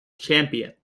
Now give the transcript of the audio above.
champion